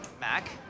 Mac